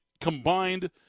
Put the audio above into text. combined –